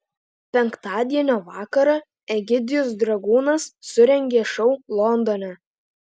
penktadienio vakarą egidijus dragūnas surengė šou londone